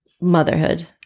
motherhood